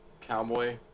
cowboy